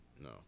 No